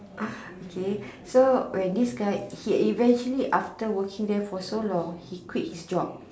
ah okay so when this guy he eventually after working there for long he quit his job